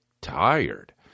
tired